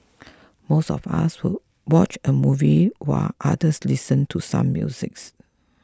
most of us would watch a movie while others listen to some musics